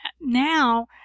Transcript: now